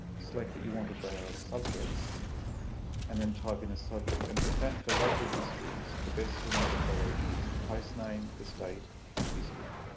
select what you want to browse subjects and then type in a subject and for local histories the best format to follow is the placename, the state and history.